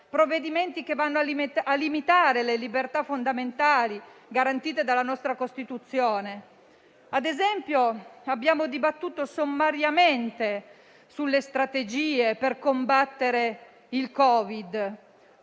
provvedimenti che vanno a limitare le libertà fondamentali garantite dalla nostra Costituzione. Ad esempio, abbiamo dibattuto sommariamente sulle strategie per combattere il covid: